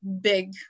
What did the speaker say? big